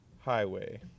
Highway